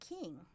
king